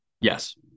Yes